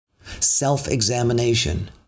self-examination